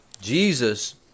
Jesus